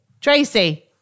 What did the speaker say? Tracy